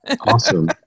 Awesome